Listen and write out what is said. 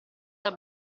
dal